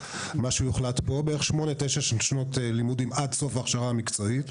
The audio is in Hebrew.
בערך שמונה-תשע שנות לימודים עד סוף ההכשרה המקצועית,